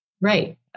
Right